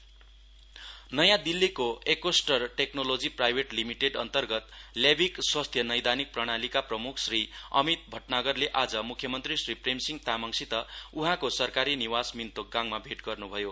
श्री अमित भटनागर कल अन सिएम नयाँ दिल्लीको एकोस्टर टेक्नोलोजि प्राइवेट लिमिटेड अन्तर्गत ल्याविक स्वास्थ्य नैपानिक प्रणालीका प्रम्ख श्री अमित भटनागरले आज म्ख्यमन्त्री श्री प्रेमसिंह तामाङसित उहाँको सरकारी निवास मिन्तोकगाङमा भैट गर्न् भयो